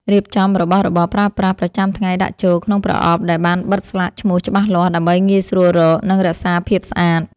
រៀបចំរបស់របរប្រើប្រាស់ប្រចាំថ្ងៃដាក់ចូលក្នុងប្រអប់ដែលបានបិទស្លាកឈ្មោះច្បាស់លាស់ ដើម្បីងាយស្រួលរក និងរក្សាភាពស្អាត។